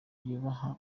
yubaha